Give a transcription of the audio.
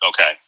okay